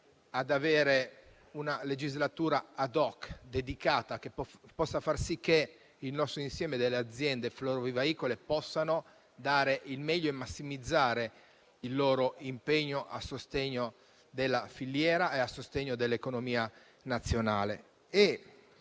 ad avere una legislatura *ad hoc,* dedicata, che possa far sì che il nostro insieme delle aziende florovivaistiche possa dare il meglio e massimizzare l'impegno a sostegno della filiera e dell'economia nazionale.